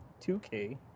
2K